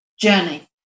journey